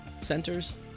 centers